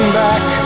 back